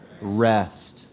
Rest